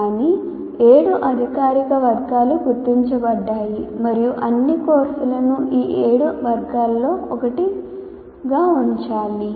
కానీ ఏడు అధికారిక వర్గాలు గుర్తించబడ్డాయి మరియు అన్ని కోర్సులను ఈ ఏడు వర్గాలలో ఒకటిగా ఉంచాలి